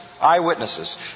eyewitnesses